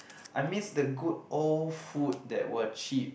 I miss the good old food that were cheap